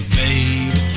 babe